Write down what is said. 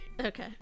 okay